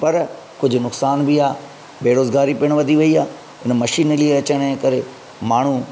पर कुझु नुक़सान बि आहे बेरोज़गारी पिणु वधी वई आहे उन मशीनरी अचण जे करे माण्हू